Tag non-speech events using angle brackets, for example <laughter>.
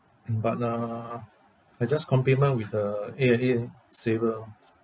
<noise> but uh I just complement with the A_I_A saver lor